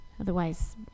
Otherwise